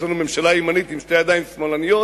לנו ממשלה ימנית עם שתי ידיים שמאלניות,